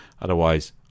otherwise